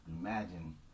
imagine